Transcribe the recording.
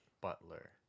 Butler